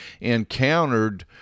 encountered